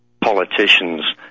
politicians